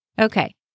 Okay